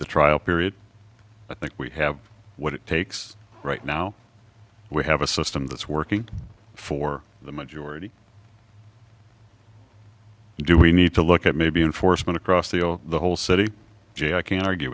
the trial period i think we have what it takes right now we have a system that's working for the majority do we need to look at maybe enforcement across the o the whole city jay i can argue